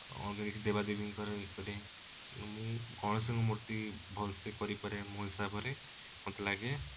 ଅଲଗା କିଛି ଦେବାଦେବୀଙ୍କର ୟେ କରେ ମୁଁ କୌଣସି ମୂର୍ତ୍ତି ଭଲ ସେ କରିପାରେ ମୋ ହିସାବରେ ମୋତେ ଲାଗେ